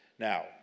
Now